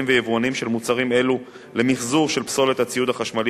ויבואנים של מוצרים אלו למיחזור של פסולת הציוד החשמלי